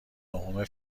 نهم